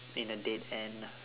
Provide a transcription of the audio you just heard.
in a dead end